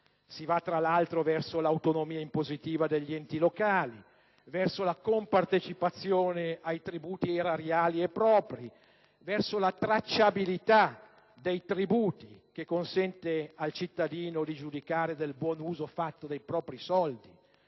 si va, tra l'altro, verso l'autonomia impositiva degli enti locali; verso la compartecipazione ai tributi erariali e propri; verso la tracciabilità dei tributi, che consente al cittadino di giudicare del buon uso fatto dei propri soldi;